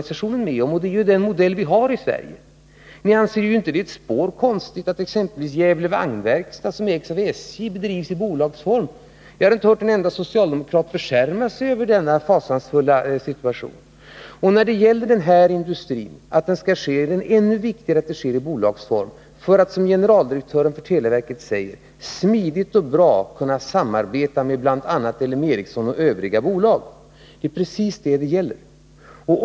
Det håller ju LO med om, och det är den modell som vi har i Sverige. Ni anser ju inte att det är ett spår konstigt att exempelvis Gävle Vagnverkstad, som ägs av SJ, bedrivs i bolagsform. Jag har inte hört en enda socialdemokrat beskärma sig över denna fasansfulla situation. När det gäller den här industrin är bolagsformen ännu viktigare för att man, som generaldirektören för televerket säger, smidigt och bra skall kunna samarbeta med bl.a. L M Ericsson och övriga bolag. Det är precis detta det gäller.